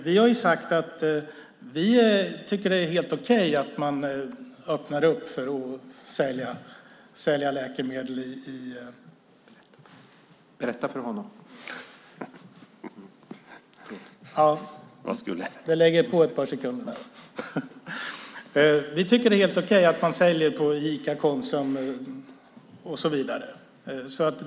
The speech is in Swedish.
Vi har sagt att vi tycker att det är helt okej att öppna upp för att sälja läkemedel på Ica, Konsum och så vidare.